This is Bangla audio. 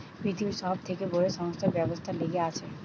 পৃথিবীর সব থেকে বড় সংস্থা ব্যবসার লিগে আছে